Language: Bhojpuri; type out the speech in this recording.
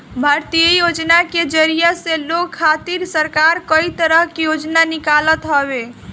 भारतीय योजना के जरिया से लोग खातिर सरकार कई तरह के योजना निकालत हवे